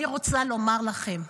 אני רוצה לומר לכם: